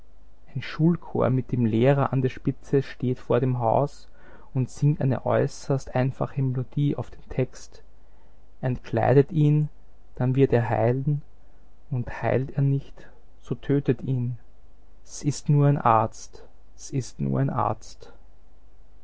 ein schulchor mit dem lehrer an der spitze steht vor dem haus und singt eine äußerst einfache melodie auf den text entkleidet ihn dann wird er heilen und heilt er nicht so tötet ihn sist nur ein arzt sist nur ein arzt